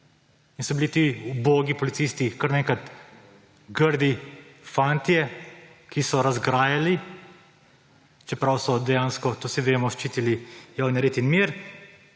in so bili ti ubogi policisti kar naenkrat grdi fantje, ki so razgrajali, čeprav so dejansko – to vsi vemo ‒ ščitili javni red in mir.